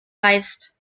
heißt